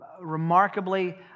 remarkably